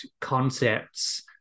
concepts